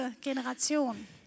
generation